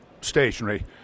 stationary